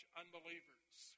unbelievers